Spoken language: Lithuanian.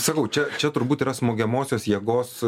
sakau čia čia turbūt yra smogiamosios jėgos